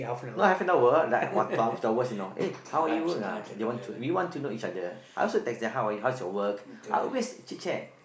no half hour like one one two hours you know eh how are you work ah they want to we want to know each other I also text them how are you hows your work I always chit-chat